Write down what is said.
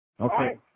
Okay